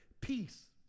peace